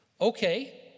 Okay